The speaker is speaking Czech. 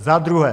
Za druhé.